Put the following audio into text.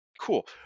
cool